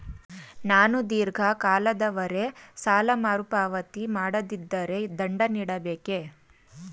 ನಾನು ಧೀರ್ಘ ಕಾಲದವರೆ ಸಾಲ ಮರುಪಾವತಿ ಮಾಡದಿದ್ದರೆ ದಂಡ ನೀಡಬೇಕೇ?